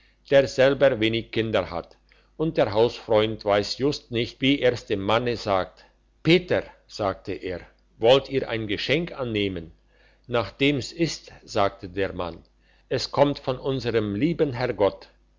der selber wenig kinder hat und der hausfreund weiss just nicht wie er's dem manne sagte peter sagte er wollt ihr ein geschenk annehmen nach dem's ist sagte der mann es kommt von unserm lieben herr gott